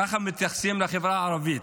כך מתייחסים לחברה הערבית.